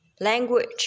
language